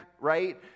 right